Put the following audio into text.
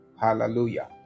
Hallelujah